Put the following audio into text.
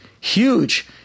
huge